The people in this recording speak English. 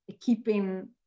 keeping